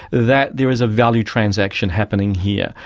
that there is a value transaction happening here,